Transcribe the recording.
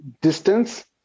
distance